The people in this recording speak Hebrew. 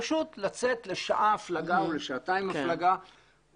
זה פשוט לצאת לשעה הפלגה או לשעתיים הפלגה,